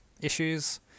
issues